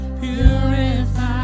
purified